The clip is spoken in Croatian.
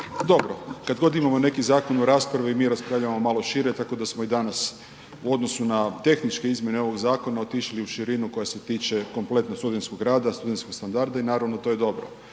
dobro, kad god imamo neki zakon o raspravi mi raspravljamo malo šire, tako da smo i danas u odnosu na tehničke izmjene ovog zakona otišli u širinu koja se tiče kompletno studentskog rada, studentskog standarda i naravno to je dobro.